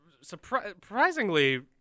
Surprisingly